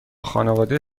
خانواده